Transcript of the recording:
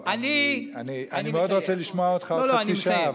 אני מאוד רוצה לשמוע אותך עוד חצי שעה,